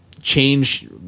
change